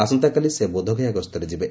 ଆସନ୍ତାକାଲି ସେ ବୋଧଗୟା ଗସ୍ତରେ ଯିବେ